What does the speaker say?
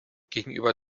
gegenüber